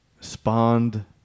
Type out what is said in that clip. Spawned